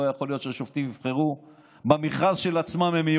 לא יכול להיות שהשופטים יבחרו ושהם יהיו במכרז של עצמם.